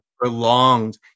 prolonged